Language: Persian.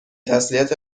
تسلیت